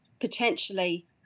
potentially